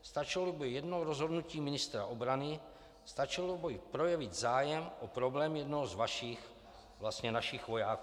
Stačilo by jedno rozhodnutí ministra obrany, stačilo by projevit zájem o problém jednoho z vašich, vlastně našich vojáků.